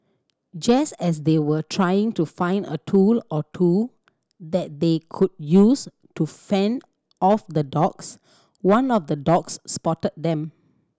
just as they were trying to find a tool or two that they could use to fend off the dogs one of the dogs spotted them